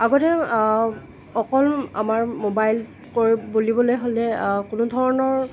আগতে অকল আমাৰ মোবাইল কৈ বুলিবলৈ হ'লে কোনোধৰণৰ